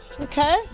Okay